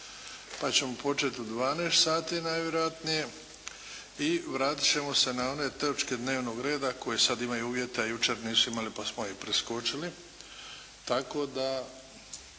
pa ćemo početi u 12 sati najvjerojatnije i vratit ćemo se na one točke dnevnog reda koje sad imaju uvjet, a jučer nisu imali pa smo ih preskočili.